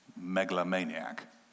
megalomaniac